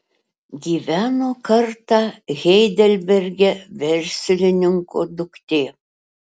gyveno kartą heidelberge verslininko duktė